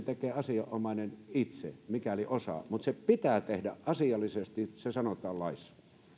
tekee asianomainen itse mikäli osaa mutta se pitää tehdä asiallisesti se sanotaan laissa